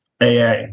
AA